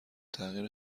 تغییر